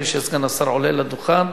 עד שסגן השר עולה לדוכן.